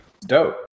Dope